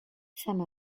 some